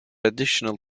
additional